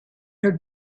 her